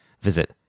visit